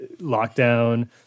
lockdown